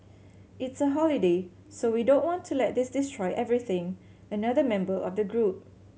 it's a holiday so we don't want to let this destroy everything another member of the group